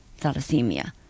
thalassemia